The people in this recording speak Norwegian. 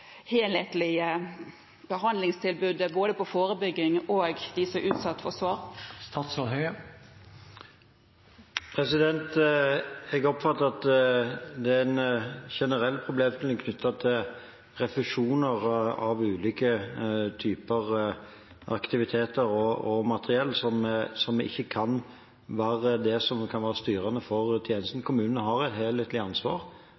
helhetlige behandlingstilbudet rettet mot både forebygging og dem som er utsatt for sår? Jeg oppfatter at det er en generell problemstilling knyttet til refusjoner av ulike typer aktiviteter og materiell som ikke kan være styrende for tjenesten. Kommunene har et helhetlig ansvar